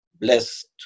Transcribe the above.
blessed